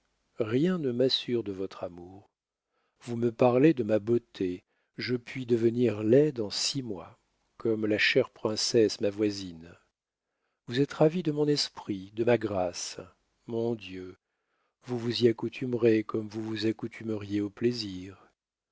rien ne m'assure de votre amour vous me parlez de ma beauté je puis devenir laide en six mois comme la chère princesse ma voisine vous êtes ravi de mon esprit de ma grâce mon dieu vous vous y accoutumerez comme vous vous accoutumeriez au plaisir